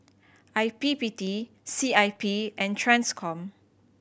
I P P T C I P and Transcom